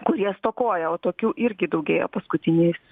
kurie stokoja o tokių irgi daugėja paskutiniais